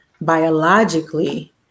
biologically